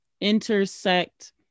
intersect